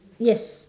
yes